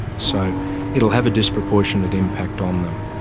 so it will have a disproportionate impact on them.